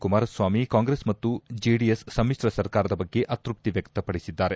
Kumara Swamy Congress ಮತ್ತು JDS ಸಮಿತ್ರ ಸರ್ಕಾರದ ಬಗ್ಗೆ ಅತ್ಯಪ್ತಿ ವ್ಲಕ್ಷಪಡಿಸಿದ್ದಾರೆ